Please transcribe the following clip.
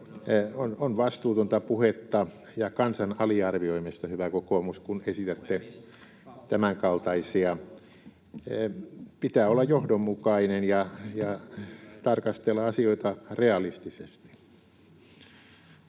On vastuutonta puhetta ja kansan aliarvioimista, hyvä kokoomus, kun esitätte tämänkaltaisia. Pitää olla johdonmukainen ja tarkastella asioita realistisesti.